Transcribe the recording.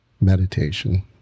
meditation